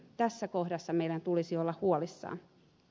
tässä kohdassa meidän tulisi olla huolissamme